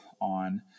on